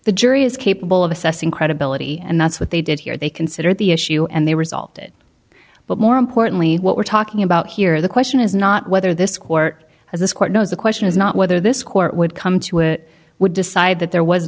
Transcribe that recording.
the jury is capable of assessing credibility and that's what they did here they considered the issue and they resolved it but more importantly what we're talking about here the question is not whether this court as this court knows the question is not whether this court would come to it would decide that there was